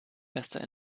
besser